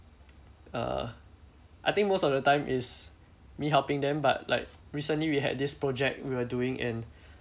uh I think most of the time is me helping them but like recently we had this project we were doing in